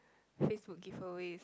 FaceBook giveaway